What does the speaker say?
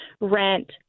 rent